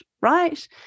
right